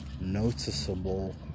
noticeable